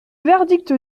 verdict